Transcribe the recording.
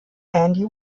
andy